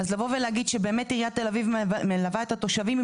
אז לבוא ולהגיד שבאמת עירית תל אביב מלווה את התושבים,